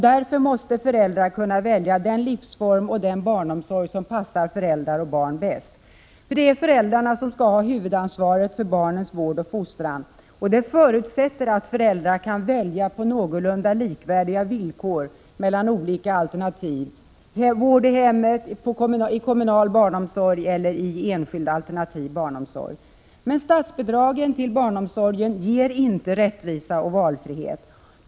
Därför måste föräldrar kunna välja den livsform och den barnomsorg som passar dem och barnen bäst. Det är föräldrarna som skall ha huvudansvaret för barnens vård och fostran. Det förutsätter att föräldrar kan välja på någorlunda likvärdiga villkor mellan olika alternativ — vård i hemmet, kommunal barnomsorg eller enskild alternativ barnomsorg. Men statsbidragen till barnomsorgen ger inte rättvisa och valfrihet.